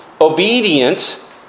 obedient